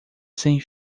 sem